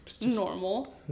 normal